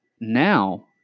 Now